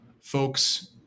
folks